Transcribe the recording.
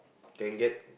can get